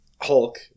Hulk